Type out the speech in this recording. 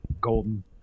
golden